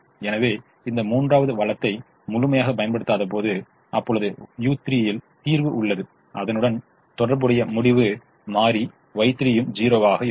எனவே இந்த மூன்றாவது வளத்தை முழுமையாகப் பயன்படுத்தாதபோது அப்பொழுது u3 ல் தீர்வு உள்ளது அதனுடன் தொடர்புடைய முடிவு மாறி Y3 யும் 0 ஆகும்